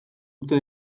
dute